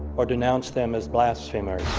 or denounce them as blasphemers.